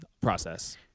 process